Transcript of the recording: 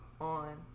on